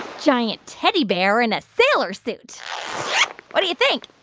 giant teddy bear in a sailor suit what do you think?